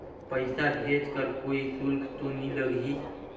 पइसा भेज कर कोई शुल्क तो नी लगही?